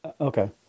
Okay